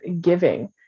giving